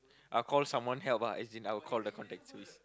I'll call someone help lah as in I will call the contacts list